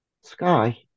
sky